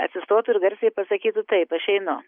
atsistotų ir garsiai pasakytų taip aš einu